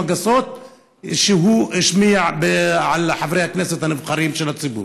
הגסות שהוא השמיע על חברי הכנסת הנבחרים של הציבור.